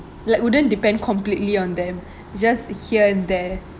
like wouldn't depend completely on them just here and there